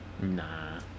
Nah